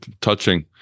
touching